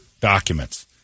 documents